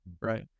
right